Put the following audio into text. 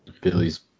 Billy's